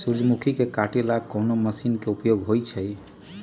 सूर्यमुखी के काटे ला कोंन मशीन के उपयोग होई छइ?